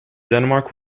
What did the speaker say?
denmark